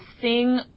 sing